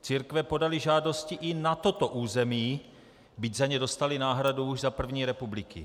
Církve podaly žádosti i na toto území, byť za ně dostaly náhradu už za první republiky.